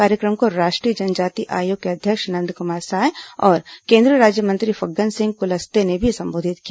कार्यक्रम को राष्ट्रीय जनजाति आयोग के अध्यक्ष नंदकुमार साय और केंद्रीय राज्यमंत्री फग्गन सिंह कुलस्ते ने भी संबोधित किया